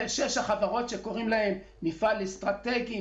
שש החברות שקוראים להן "מפעל אסטרטגי",